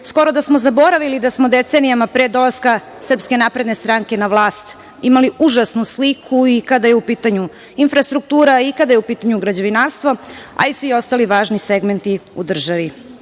Skoro da smo zaboravili da smo decenijama pre dolaska SNS na vlast imali užasnu sliku i kada je u pitanju infrastruktura i kada je u pitanju građevinarstvo, a i svi ostali važni segmenti u državi.